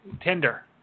Tinder